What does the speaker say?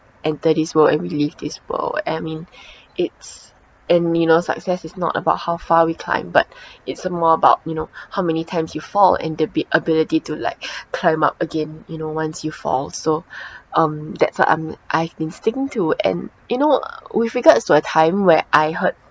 enter this world and we leave this world an~ I mean it's and you know success is not about how far we climb but it's a more about you know how many times you fall and the bi~ ability to like climb up again you know once you fall so um that's why I'm I've been sticking to and you know with regards to a time where I hurt